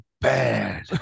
bad